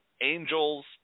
Angels